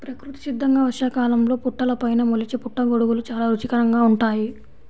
ప్రకృతి సిద్ధంగా వర్షాకాలంలో పుట్టలపైన మొలిచే పుట్టగొడుగులు చాలా రుచికరంగా ఉంటాయి